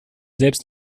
selbst